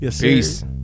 Peace